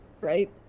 right